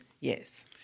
Yes